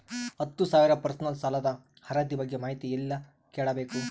ಹತ್ತು ಸಾವಿರ ಪರ್ಸನಲ್ ಸಾಲದ ಅರ್ಹತಿ ಬಗ್ಗೆ ಮಾಹಿತಿ ಎಲ್ಲ ಕೇಳಬೇಕು?